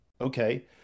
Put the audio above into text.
Okay